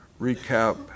recap